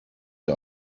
der